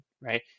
right